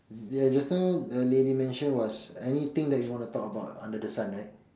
yeah just now the lady mention was anything that you want to talk about under the sun right